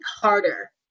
harder